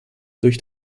durch